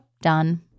done